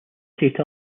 state